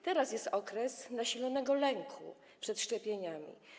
Teraz jest okres nasilonego lęku przed szczepieniami.